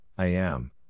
IAM